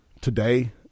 today